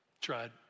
Tried